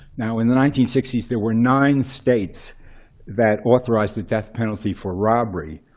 now, in the nineteen sixty s, there were nine states that authorized the death penalty for robbery.